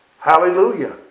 Hallelujah